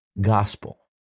gospel